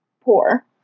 poor